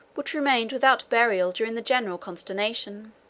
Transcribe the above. which remained without burial during the general consternation.